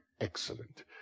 excellent